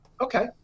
okay